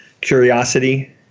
curiosity